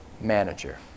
manager